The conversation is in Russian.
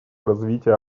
развития